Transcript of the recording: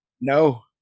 no